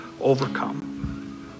overcome